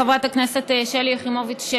חברת הכנסת שלי יחימוביץ,